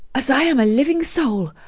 as i am a living soul,